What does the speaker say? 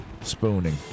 spooning